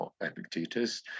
epictetus